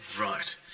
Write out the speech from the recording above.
Right